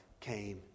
came